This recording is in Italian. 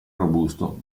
robusto